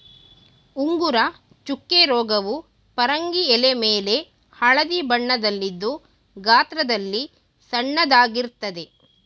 ಉಂಗುರ ಚುಕ್ಕೆ ರೋಗವು ಪರಂಗಿ ಎಲೆಮೇಲೆ ಹಳದಿ ಬಣ್ಣದಲ್ಲಿದ್ದು ಗಾತ್ರದಲ್ಲಿ ಸಣ್ಣದಾಗಿರ್ತದೆ